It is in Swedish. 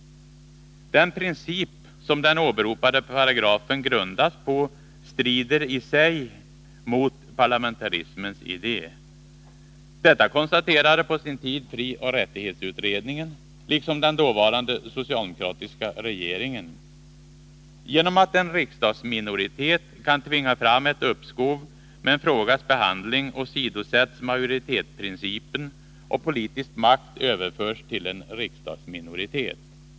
Den princip som den åberopade paragrafen grundas på strider i sig mot parlamentarismens idé. Detta konstaterade på sin tid frioch rättighetsutredningen liksom den dåvarande socialdemokratiska regeringen. Genom att en riksdagsminoritet kan tvinga fram ett uppskov med en frågas behandling åsidosätts majoritetsprincipen och politisk makt överförs till en riksdagsminoritet.